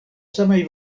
samaj